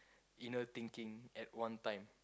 inner thinking at one time